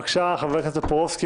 בבקשה, חבר הכנסת טופורובסקי.